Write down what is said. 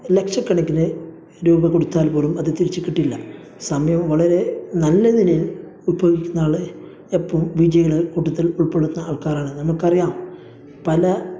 ലക്ഷക്കണക്കിന് രൂപ കൊടുത്താൽ പോലും അത് തിരിച്ച് കിട്ടില്ല സമയം വളരെ നല്ലതിന് ഉപ്പയോഗിക്കുന്ന ആൾ എപ്പോഴും വിജയിയുടെ കൂട്ടത്തിൽ ഉൾപ്പെടുന്ന ആൾക്കാരാണ് നമുക്കറിയാം പല